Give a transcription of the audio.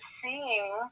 seeing